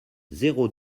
zéro